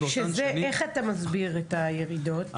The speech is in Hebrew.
איך אתה מסביר את הירידות?